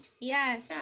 Yes